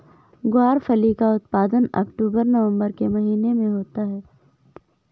ग्वारफली का उत्पादन अक्टूबर नवंबर के महीने में होता है